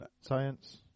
science